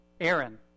Aaron